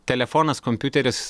telefonas kompiuteris